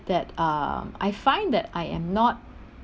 that uh I find that I am not